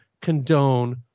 condone